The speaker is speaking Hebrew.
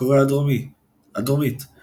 קוריאה הדרומית קוריאה הדרומית –